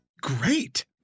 great